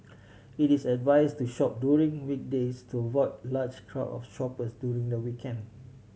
it is advise to shop during weekdays to avoid large crowd of shoppers during the weekend